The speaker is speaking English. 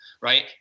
Right